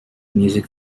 music